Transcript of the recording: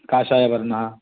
काषायवर्णः